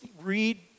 read